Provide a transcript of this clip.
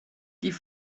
die